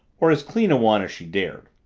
or as clean a one as she dared.